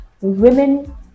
women